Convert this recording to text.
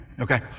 okay